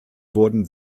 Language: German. wurden